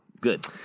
Good